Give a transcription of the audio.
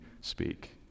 speak